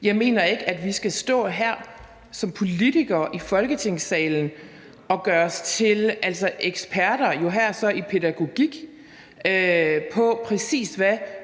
til politik – at vi skal stå her som politikere i Folketingssalen og gøre os til eksperter, her så i pædagogik, med